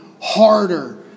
harder